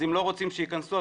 אם לא רוצים שייכנסו,